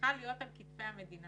צריכה להיות על כתפי המדינה